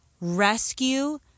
rescue